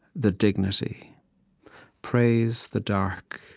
the dignity praise the dark,